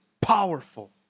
powerful